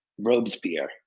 Robespierre